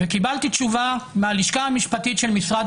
וקיבלתי תשובה מהלשכה המשפטית של משרד